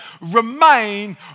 remain